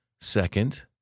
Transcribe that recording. Second